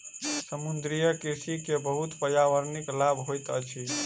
समुद्रीय कृषि के बहुत पर्यावरणिक लाभ होइत अछि